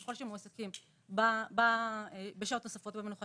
ככל שמועסקים בשעות נוספות ומנוחה